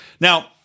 Now